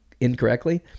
incorrectly